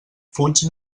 fuig